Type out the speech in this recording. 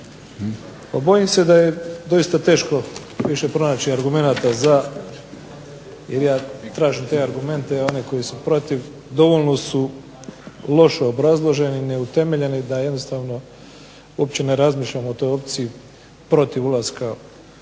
pa bojim se da je doista teško više pronaći argumenata za i ja tražim te argumente oni koji su protiv, doista su loše obrazloženi, neutemeljeni da jednostavno ne razmišljam o toj opciji ne ulaska